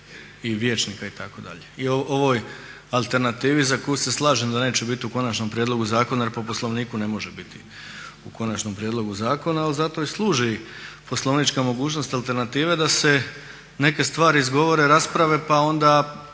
i vijećnika itd. i o ovoj alternativi za koju se slažem da neće biti u konačnom prijedlogu zakona jer po Poslovniku ne može biti u konačnom prijedlogu zakona. Ali zato i služi poslovnička mogućnost alternative da se neke stvari izgovore, rasprave pa onda